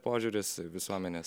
požiūris visuomenės